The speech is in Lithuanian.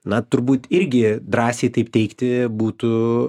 na turbūt irgi drąsiai taip teigti būtų